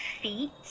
feet